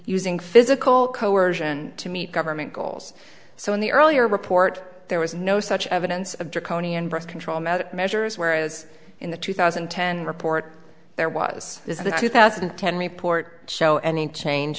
using physical coersion to meet government goals so in the earlier report there was no such evidence of draconian birth control measures whereas in the two thousand and ten report there was is a two thousand and ten report show any change